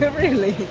really